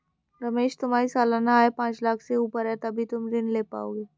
रमेश तुम्हारी सालाना आय पांच लाख़ से ऊपर है तभी तुम ऋण ले पाओगे